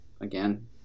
again